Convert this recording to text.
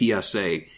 PSA